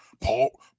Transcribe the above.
Paul